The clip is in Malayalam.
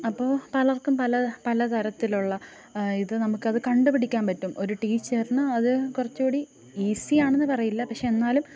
അപ്പോൾ പലർക്കും പല പല തരത്തിലുള്ള ഇതു നമുക്കത് കണ്ടു പിടിക്കാൻ പറ്റും ഒരു ടീച്ചറിന് അത് കുറച്ചും കൂടി ഈസി ആണെന്നു പറയില്ല പക്ഷെ എന്നാലും